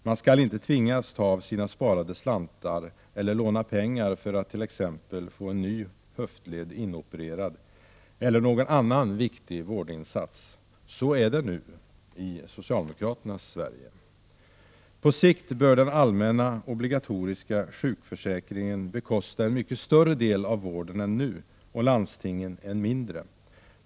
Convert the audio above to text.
Man skall inte tvingas ta sina sparade slantar eller låna för att t.ex. få en ny höftled inopererad eller för någon annan viktig vårdinsats. Så är det nu i socialdemokraternas Sverige. På sikt bör den allmänna, obligatoriska sjukförsäkringen bekosta en mycket större del av vården än som nu är fallet och landstingen en mindre del.